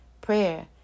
prayer